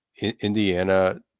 Indiana